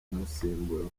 kumusimbura